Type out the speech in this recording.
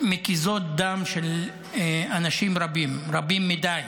ומקיזות דם של אנשים רבים, רבים מדי.